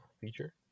feature